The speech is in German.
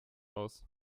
aus